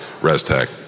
ResTech